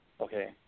okay